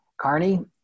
Carney